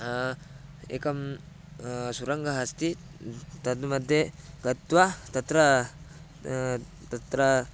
एकं सुरङ्गः अस्ति तत् मध्ये गत्वा तत्र तत्र